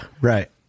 right